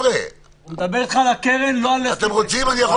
הוא מדבר איתך על הקרן, לא על --- הוא אמר